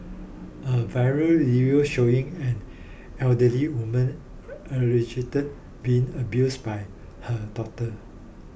a viral video showing an elderly woman allegedly being abused by her daughter